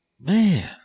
Man